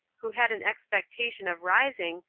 who had an expectation of rising,